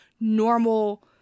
normal